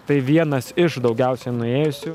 tai vienas iš daugiausiai nuėjusių